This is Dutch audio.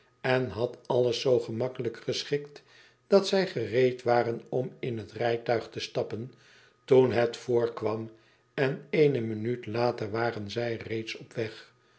en had alles zoo gemakkelijk geschikt dat zij gereed waren om in het rijtuig te stappen toen het voorkwam en eene minuut later waren zij reeds op weg